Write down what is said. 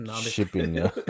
shipping